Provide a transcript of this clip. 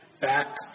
back